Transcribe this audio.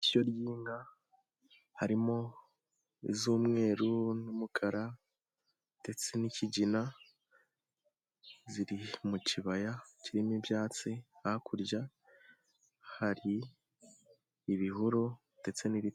Ishyo ry'inka harimo iz'umweru n'umukara ndetse n'kigina, ziri mu kibaya kirimo ibyatsi hakurya hari ibihuru ndetse n'ibiti.